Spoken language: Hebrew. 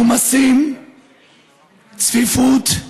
עומסים, צפיפות,